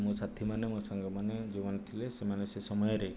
ମୋ ସାଥୀମାନେ ମୋ ସାଙ୍ଗମାନେ ଯେଉଁମାନେ ଥିଲେ ସେମାନେ ସେ ସମୟରେ